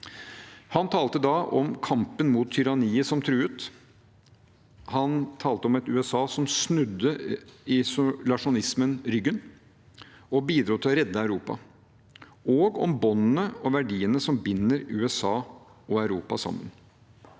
Han talte da om kampen mot tyranniet som truet, han talte om et USA som snudde isolasjonismen ryggen og bidro til å redde Europa, og om båndene og verdiene som binder USA og Europa sammen.